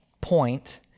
point